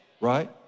right